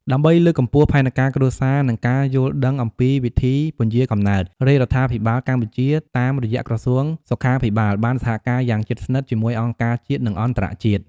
ដើម្បីលើកកម្ពស់ផែនការគ្រួសារ និងការយល់ដឹងអំពីវិធីពន្យារកំណើត រាជរដ្ឋាភិបាលកម្ពុជាតាមរយៈក្រសួងសុខាភិបាលបានសហការយ៉ាងជិតស្និទ្ធជាមួយអង្គការជាតិ និងអន្តរជាតិ។